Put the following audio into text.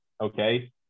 Okay